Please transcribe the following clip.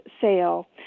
Sale